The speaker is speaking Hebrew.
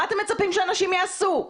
מה אתם מצפים שאנשים יעשו?